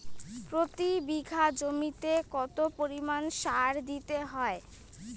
প্রতি বিঘা জমিতে কত পরিমাণ সার দিতে হয়?